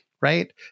right